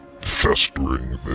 festering